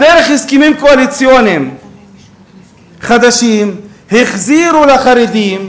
אז דרך הסכמים קואליציוניים חדשים החזירו לחרדים,